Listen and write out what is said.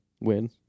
Win